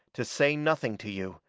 to say nothing to you,